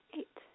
Eight